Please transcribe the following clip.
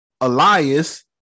Elias